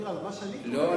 לא.